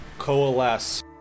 coalesce